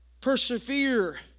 persevere